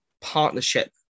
partnership